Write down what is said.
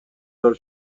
دار